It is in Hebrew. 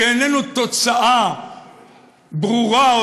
שאיננו תוצאה ברורה,